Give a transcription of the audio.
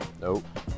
Nope